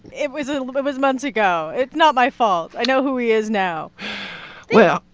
it was was months ago? it's not my fault. i know who he is now well,